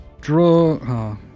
draw